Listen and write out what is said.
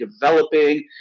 developing